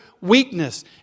weakness